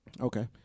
Okay